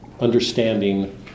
understanding